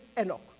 Enoch